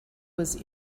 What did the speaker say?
was